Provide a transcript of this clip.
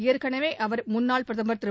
ஏற்கனவே அவர் முன்னாள் பிரதமர் திரு